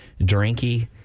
drinky